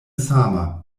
sama